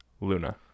Luna